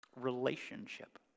relationship